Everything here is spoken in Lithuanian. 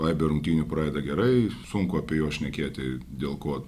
aibę rungtynių pradeda gerai sunku apie juos šnekėti dėl ko